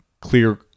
clear